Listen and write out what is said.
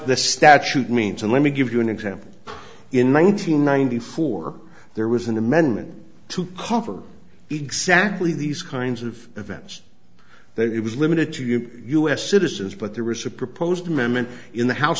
the statute means and let me give you an example in one nine hundred ninety four there was an amendment to call for exactly these kinds of events that it was limited to you u s citizens but there was a proposed amendment in the house